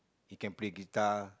he can play guitar